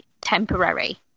temporary